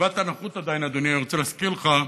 קצבת הנכות עדיין, אדוני, אני רוצה להזכיר לך,